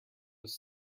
was